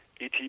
ET